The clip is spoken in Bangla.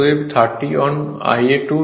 অতএব 30 অন Ia 2 x3 হবে